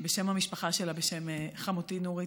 בשם המשפחה שלה, בשם חמותי נורית,